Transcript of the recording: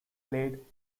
played